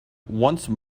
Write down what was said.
once